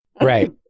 Right